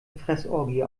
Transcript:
fressorgie